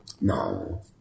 no